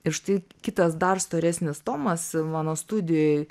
ir štai kitas dar storesnis tomas mano studijoj